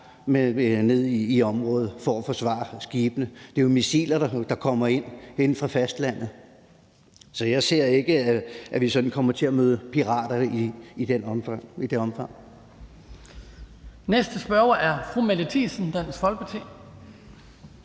har i området, for at forsvare skibene. Det er jo missiler, der kommer inde fra fastlandet. Så jeg ser ikke, at vi kommer til at møde pirater i det omfang.